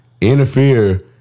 interfere